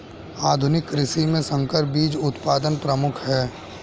आधुनिक कृषि में संकर बीज उत्पादन प्रमुख है